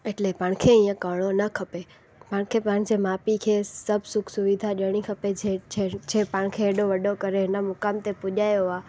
एटले पाण खे ईअं करिणो न खपे पाण खे पंहिंजे माउ पीउ खे सभु सुख सुविधा ॾियणी खपे पाण खे हेॾो वॾो करे हिन मुक़ाम ते पुॼायो आहे